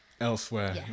Elsewhere